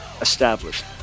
established